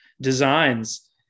designs